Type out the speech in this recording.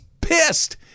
pissed